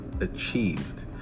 achieved